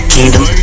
Kingdom